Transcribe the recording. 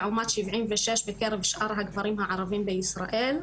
לעומת שבעים ושש בקרב שאר הגברים הערביים בישראל.